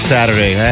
Saturday